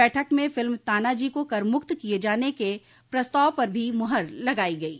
बैठक में फ़िल्म तानाजी को करमुक्त किये जाने के प्रस्ताव पर भी मूहर लगाई गयी